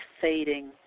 fading